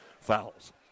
fouls